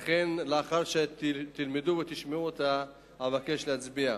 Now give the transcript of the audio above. ולכן, לאחר שתלמדו ותשמעו אותה, אני מבקש להצביע.